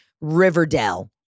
Riverdale